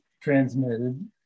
transmitted